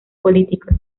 políticos